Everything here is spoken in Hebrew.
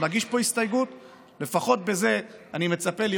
כאן היום ואני רוצה להגיד לכם שאני אחראי.